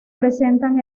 presentan